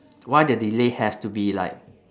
why the delay has to be like